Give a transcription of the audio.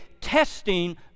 testing